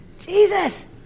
Jesus